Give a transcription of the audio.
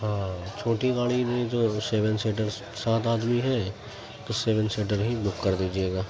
ہاں چھوٹی گاڑی بھی جو سیون سیٹر سات آدمی ہیں تو سیون سیٹر ہی بک کر دیجیے گا